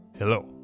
Hello